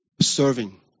serving